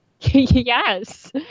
Yes